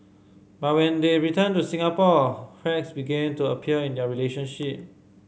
but when they returned to Singapore cracks began to appear in their relationship